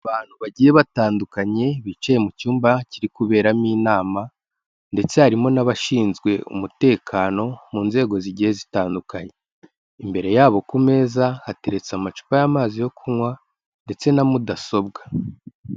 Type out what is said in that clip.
Abantu bagiye batandukanye, bicaye mu cyumba kiri kuberamo inama ndetse harimo n'abashinzwe umutekano mu nzego zigiye zitandukanye, imbere yabo ku meza hateretse amacupa y'amazi yo kunywa ndetse na mudasobwa.